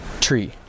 tree